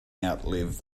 outlive